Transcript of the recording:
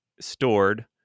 stored